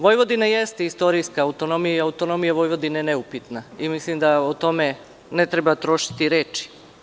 Vojvodina jeste istorijska autonomija i autonomija Vojvodine je neupitna i mislim da o tome ne treba trošiti reči.